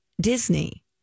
Disney